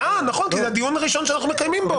נכון, כי זה הדיון הראשון שאנחנו מקיימים בו.